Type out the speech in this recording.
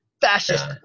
fascist